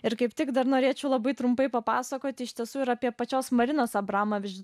ir kaip tik dar norėčiau labai trumpai papasakoti iš tiesų yra apie pačios marinos abramovič